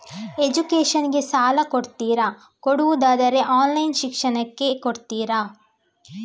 Education ಗೆ ಸಾಲ ಕೊಡ್ತೀರಾ, ಕೊಡುವುದಾದರೆ ಆನ್ಲೈನ್ ಶಿಕ್ಷಣಕ್ಕೆ ಕೊಡ್ತೀರಾ?